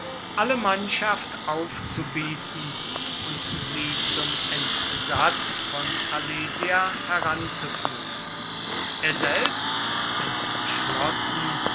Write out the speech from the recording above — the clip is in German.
alle mannschaft aufzubieten und sie zum entsatz von alesia heranzuführen er selbst entschlossen